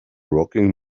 rocking